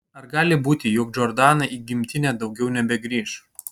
ar gali būti jog džordana į gimtinę daugiau nebegrįš